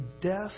death